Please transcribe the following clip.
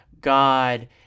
God